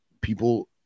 people